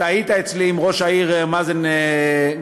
אתה היית אצלי עם ראש העיר, מאזן גנאים.